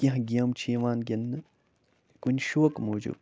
کیٚنہہ گیمہِ چھِ یِوان گِنٛدنہٕ کُنہِ شوقہٕ موٗجوٗب